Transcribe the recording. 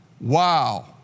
Wow